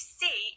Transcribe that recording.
see